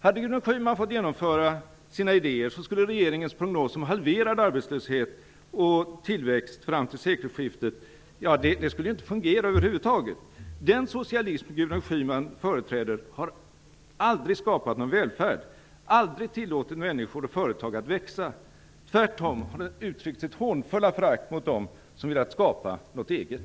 Hade Gudrun Schyman fått genomföra sina idéer skulle regeringens prognos om halverad arbetslöshet och tillväxt fram till sekelskiftet inte slå in över huvud taget. Den socialism Gudrun Schyman företräder har aldrig skapat någon välfärd. Den har aldrig tillåtit människor och företag att växa. Tvärtom har den uttryckt sitt hånfulla förakt för dem som har velat skapa något eget.